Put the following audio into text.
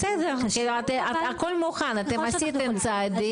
בסדר, אבל הכל מוכן אתם עשיתם צעדים.